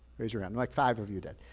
raise your hand. like five of you did.